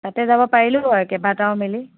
তাতে যাব পাৰিলোঁ হয় কেইবাটাও মিলি